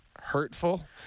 hurtful